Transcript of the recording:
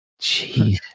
Jeez